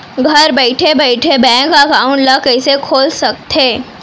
घर बइठे बइठे बैंक एकाउंट ल कइसे खोल सकथे?